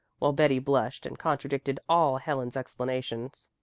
while betty blushed and contradicted all helen's explanations.